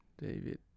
David